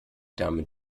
damit